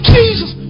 Jesus